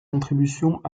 contributions